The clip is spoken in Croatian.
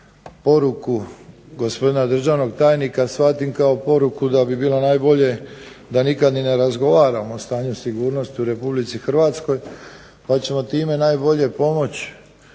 poruku gospodina državnog tajnika shvatim kao poruku da bi bilo najbolje da nikad ni ne razgovaramo o stanju sigurnosti u RH pa ćemo time najbolje pomoći